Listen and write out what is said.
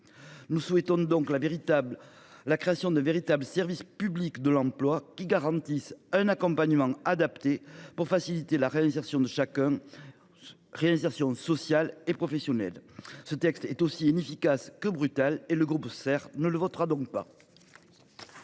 Nous souhaitons la création d’un véritable service public de l’emploi qui garantisse un accompagnement adapté pour faciliter la réinsertion sociale et professionnelle de chacun. Ce texte est aussi inefficace que brutal : le groupe SER ne le votera pas.